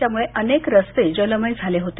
त्यामुळे अनेक रस्ते जलमय झाले होते